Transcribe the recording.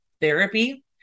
therapy